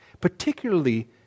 particularly